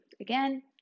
again